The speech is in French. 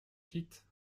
quittes